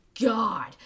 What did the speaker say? god